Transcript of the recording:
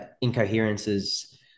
incoherences